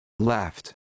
Left